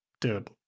Dude